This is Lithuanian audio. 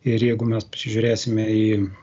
ir jeigu mes pasižiūrėsime į